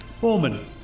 Foreman